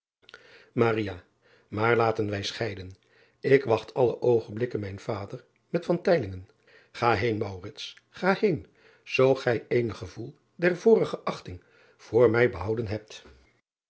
aar laten wij scheiden ik wacht alle oogenblikken mijn vader met a heen ga heen zoo gij eenig gevoel der vorige achting voor mij behouden hebt